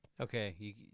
Okay